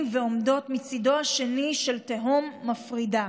ועומדות מצידה השני של תהום מפרידה.